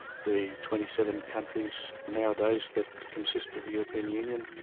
the twenty seven countries nowadays that consist of the european union,